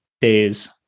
days